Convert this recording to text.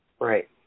Right